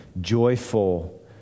joyful